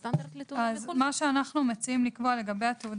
מה שאנחנו מציעים לקבוע לגבי התעודה